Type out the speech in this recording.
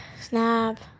snap